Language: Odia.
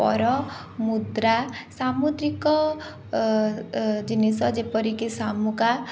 ପର ମୁଦ୍ରା ସାମୁଦ୍ରିକ ଜିନିଷ ଯେପରିକି ଶାମୁକା